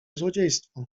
złodziejstwo